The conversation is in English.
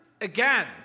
again